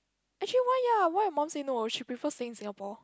actually why ya why your mum say no she prefer staying in Singapore